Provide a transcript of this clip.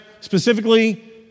specifically